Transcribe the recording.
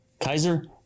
Kaiser